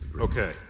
Okay